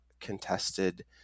contested